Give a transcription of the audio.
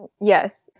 Yes